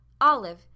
Olive